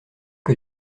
que